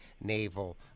Naval